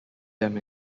them